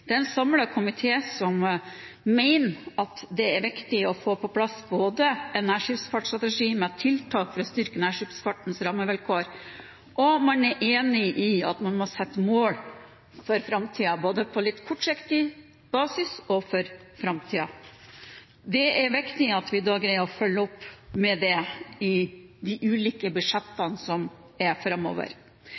Det er en samlet komité som mener at det er viktig å få på plass en nærskipsfartsstrategi med tiltak for å styrke nærskipsfartens rammevilkår. Og man er enig i at man må sette mål både på kort sikt og for framtiden. Det er viktig at vi greier å følge opp det i de ulike budsjettene framover. Senterpartiet mener at en nærskipsfartsstrategi er